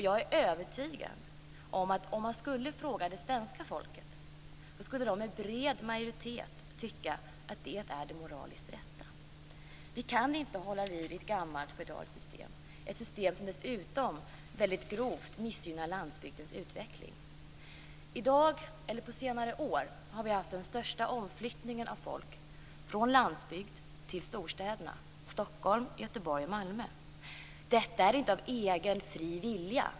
Jag är övertygad om att om man skulle fråga det svenska folket skulle de med bred majoritet tycka att det är det moraliskt rätta. Vi kan inte hålla liv i ett gammalt feodalt system, ett system som dessutom väldigt grovt missgynnar landsbygdens utveckling. På senare år har vi haft den största omflyttningen på många år av folk från landsbygden till storstäderna Stockholm, Göteborg och Malmö. Det har inte skett av egen fri vilja.